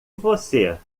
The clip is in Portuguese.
você